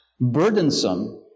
burdensome